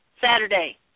Saturday